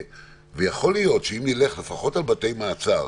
יכול להיות שאם נלך, לפחות על בתי מעצר,